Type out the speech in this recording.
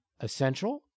essential